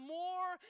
more